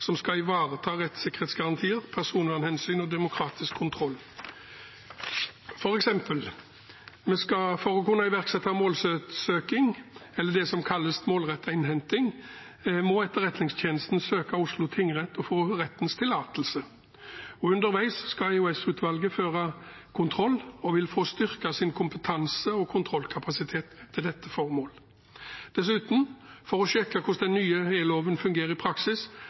som skal ivareta rettssikkerhetsgarantier, personvernhensyn og demokratisk kontroll. For eksempel: For å kunne iverksette målsøking, eller det som kalles målrettet innhenting, må Etterretningstjenesten søke Oslo tingrett og få rettens tillatelse. Underveis skal EOS-utvalget føre kontroll og vil få styrket sin kompetanse og kontrollkapasitet til dette formålet. Dessuten: For å sjekke hvordan den nye e-loven fungerer i praksis